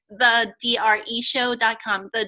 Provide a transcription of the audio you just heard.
thedreshow.com